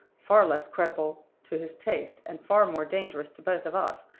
far less creditable to his taste, and far more dangerous to both of us,